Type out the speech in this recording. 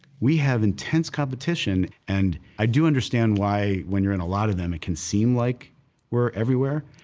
we have intense competition, and i do understand why, when you're in a lot of them, it can seem like we're everywhere,